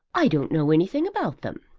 i don't know anything about them.